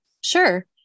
Sure